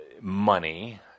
money